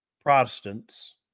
Protestants